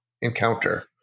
encounter